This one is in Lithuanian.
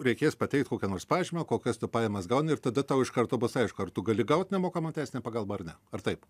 reikės pateikt kokią nors pažymą kokias tu pajamas gauni ir tada tau iš karto bus aišku ar tu gali gaut nemokamą teisinę pagalbą ar ne ar taip